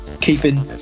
keeping